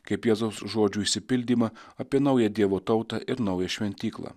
kaip jėzaus žodžių išsipildymą apie naują dievo tautą ir naują šventyklą